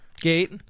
gate